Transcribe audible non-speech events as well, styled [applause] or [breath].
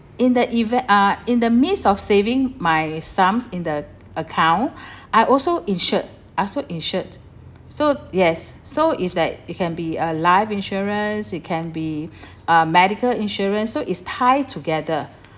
in the event ah in the midst of saving my sums in the account [breath] I also insured I also insured so yes so if that it can be a life insurance it can be a medical insurance so it's tie together